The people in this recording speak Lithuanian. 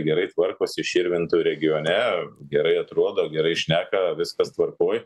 gerai tvarkosi širvintų regione gerai atrodo gerai šneka viskas tvarkoj